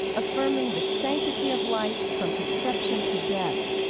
affirming the sanctity of life from conception to death.